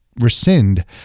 rescind